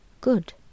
good